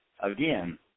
again